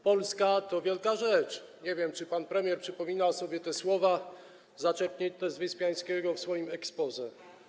Polska to wielka rzecz, nie wiem, czy pan premier przypomina sobie te słowa zaczerpnięte z Wyspiańskiego w swoim exposé.